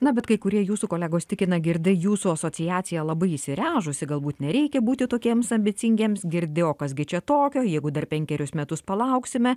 na bet kai kurie jūsų kolegos tikina girdi jūsų asociacija labai įsiręžusi galbūt nereikia būti tokiems ambicingiems girdi o kas gi čia tokio jeigu dar penkerius metus palauksime